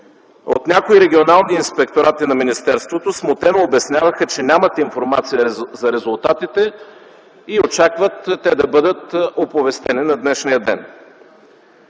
От някои регионални инспекторати на министерството смутено обясняваха, че нямат информация за резултатите и очакват те да бъдат оповестени на днешния ден.